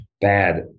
bad